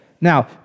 Now